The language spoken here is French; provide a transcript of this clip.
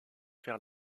faire